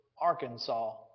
Arkansas